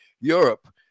Europe